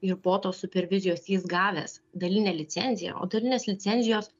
ir po to supervizijos jis gavęs dalinę licenciją o dalinės licencijos